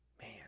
Man